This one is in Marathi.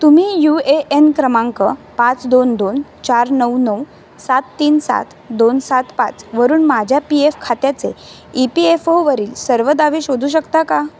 तुम्ही यू ए एन क्रमांक पाच दोन दोन चार नऊ नऊ सात तीन सात दोन सात पाच वरून माझ्या पी एफ खात्याचे ई पी एफ ओवरील सर्व दावे शोधू शकता का